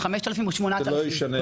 5,000 או 8,000 שקל,